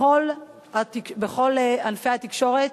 בכל ענפי התקשורת,